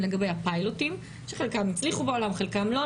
לגבי הפיילוטים - חלקם הצליחו בעולם וחלקם לא.